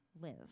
live